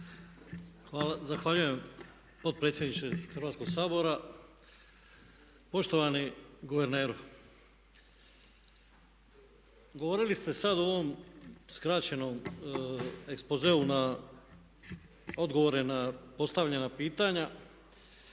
Zahvaljujem potpredsjedniče Hrvatskog sabora. Poštovani guverneru, govorili ste sad u ovom skraćenom ekspozeu na odgovore na postavljena pitanja